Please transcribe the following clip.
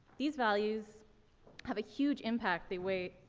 these values have a huge impact the way,